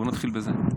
נתחיל בזה.